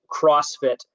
CrossFit